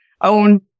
own